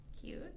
Cute